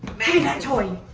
me that toy!